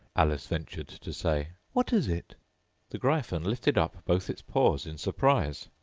alice ventured to say. what is it the gryphon lifted up both its paws in surprise.